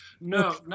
No